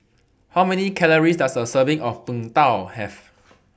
How Many Calories Does A Serving of Png Tao Have